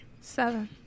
Seven